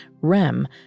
rem